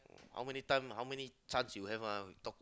how many times how many chance you have one talk